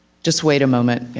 just wait a moment, yeah